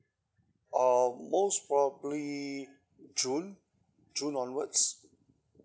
uh most probably june june onwards